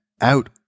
out